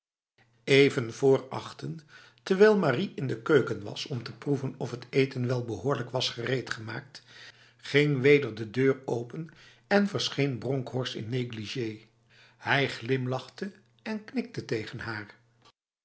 even vr achten terwijl marie in de keuken was om te proeven of het eten wel behoorlijk was gereedgemaakt ging weder de deur open en verscheen bronkhorst in negligé hij glimlachte en knikte tegen haar